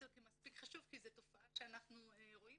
זה כמספיק חשוב כי זו תופעה שאנחנו רואים